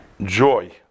joy